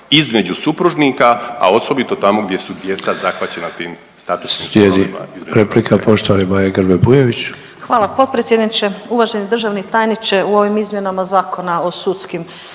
između supružnika, a osobito tamo gdje su djeca zahvaćena tim statusnim sporovima